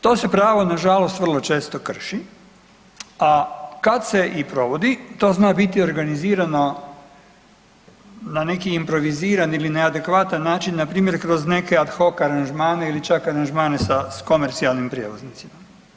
To se pravo nažalost vrlo često krši, a kad se i provodi to zna biti organizirano na neki improviziran ili neadekvatan način npr. kroz neke ad hoc aranžmane ili čak aranžmane sa komercijalnim prijevoznicima.